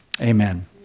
Amen